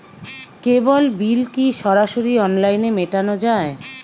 কেবল bill কি সরাসরি অনলাইনে মেটানো য়ায়?